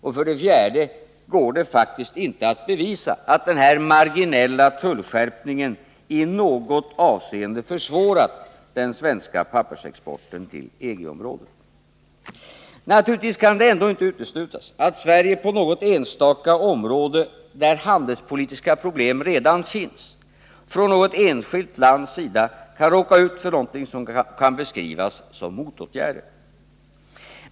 Och för det fjärde går det faktiskt inte att bevisa att den här marginella tullskärpningen i något avseende försvårat den svenska pappersexporten till EG-området. Naturligtvis kan det ändå inte uteslutas att Sverige på något enstaka område, där handelspolitiska problem redan finns från något enskilt lands sida, kan råka ut för någonting som kan beskrivas som motåtgärder.